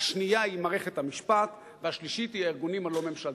השנייה היא מערכת המשפט והשלישית היא הארגונים הלא-ממשלתיים.